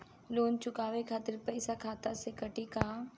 Loan चुकावे खातिर पईसा खाता से कटी का?